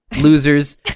losers